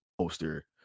poster